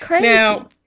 Now